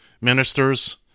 ministers